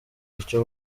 icyo